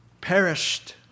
perished